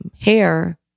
hair